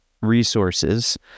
resources